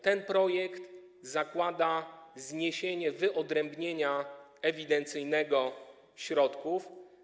Ten projekt zakłada zniesienie wyodrębnienia ewidencyjnego środków.